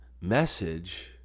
message